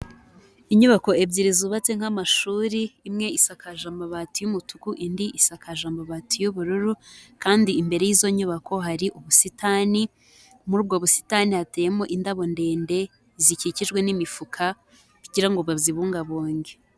Inyubako ebyiri zubatse nk'amashuri, imwe isakaje amabati y'umutuku indi isakaje amabati y'ubururu, kandi imbere y'izo nyubako hari ubusitani, muri ubwo busitani hateyemo indabo ndende zikikijwe n'imifuka kugira ngo bazibungabunge.